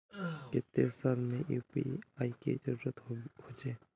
केते साल में यु.पी.आई के जरुरत होचे?